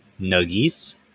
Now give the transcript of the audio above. Nuggies